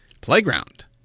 Playground